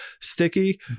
sticky